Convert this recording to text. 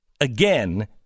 again